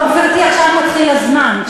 עכשיו יתחיל הזמן.